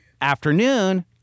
afternoon